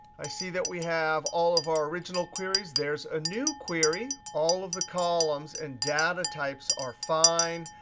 i see that we have all of our original queries. there's a new query. all of the columns and data types are fine.